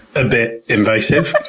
a bit invasive.